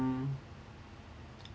um